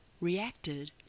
reacted